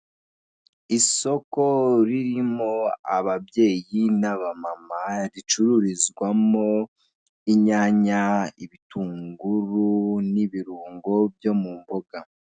Isoko ririmo ababyeyi n'aba mama ricururizwamo inyanya, ibitunguru n'ibirungo byo mu mboga.